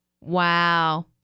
wow